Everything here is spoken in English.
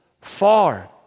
far